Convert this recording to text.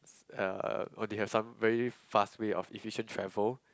uh or they have some very fast way of efficient travel